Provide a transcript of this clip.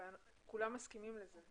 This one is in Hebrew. כולם מסכימים לזה,